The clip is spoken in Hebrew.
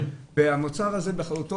המוצר הזה באחריותו,